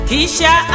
Kisha